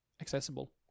accessible